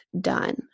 done